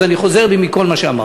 אז אני חוזר בי מכל מה שאמרתי.